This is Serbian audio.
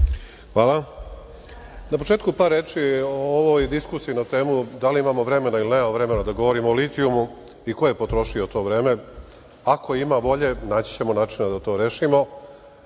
Hvala. Na početku par reči o ovoj diskusiji na temu da li imamo vremena ili nemamo vremena da govorimo o litijumu i ko je potrošio to vreme, ako ima volje, naći ćemo načina da to rešimo.